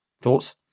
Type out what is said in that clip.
Thoughts